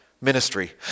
ministry